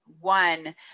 one